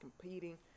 competing